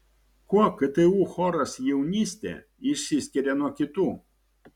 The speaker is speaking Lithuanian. kuo ktu choras jaunystė išsiskiria nuo kitų